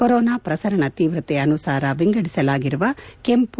corona ಪ್ರಸರಣ ತೀವ್ರತೆ ಅನುಸಾರ ವಿಂಗಡಿಸಲಾಗಿರುವ ಕೆಂಪು